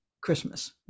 Christmas